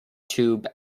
tube